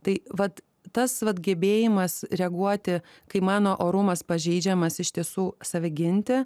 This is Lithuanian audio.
tai vat tas vat gebėjimas reaguoti kai mano orumas pažeidžiamas iš tiesų save ginti